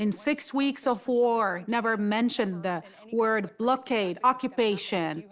and six weeks of war, never mentioned the word blockade, occupation,